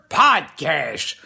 podcast